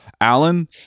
Allen